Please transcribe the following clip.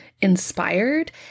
inspired